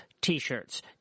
T-shirts